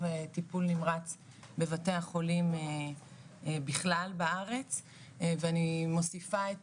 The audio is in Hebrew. טיפול נמרץ בבתי החולים בכלל בארץ ואני מוסיפה את